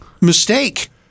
mistake